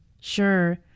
Sure